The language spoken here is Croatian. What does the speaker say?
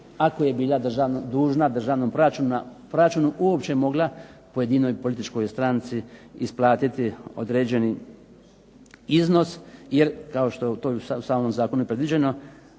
ako je bila dužna državnom proračunu uopće mogla pojedinoj političkoj stranci isplatiti određeni iznos. Jer kao što je to u samom zakonu predviđeno